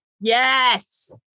Yes